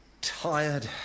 tired